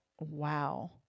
Wow